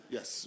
Yes